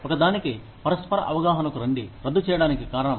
ఒకదానికి పరస్పర అవగాహనకు రండి రద్దు చేయడానికి కారణం